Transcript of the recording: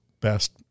best